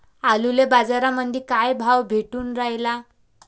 आलूले बाजारामंदी काय भाव भेटून रायला?